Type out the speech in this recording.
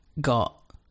got